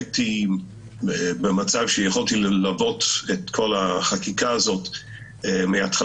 הייתי במצב שיכולתי ללוות את כל החקיקה הזאת מתחילתה,